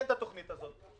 שאין את התוכנית הזאת,